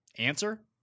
answer